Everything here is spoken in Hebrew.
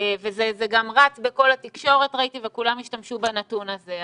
וזה גם רץ בכל התקשורת, וכולם השתמשו בנתון הזה.